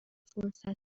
فرصتها